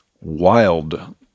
wild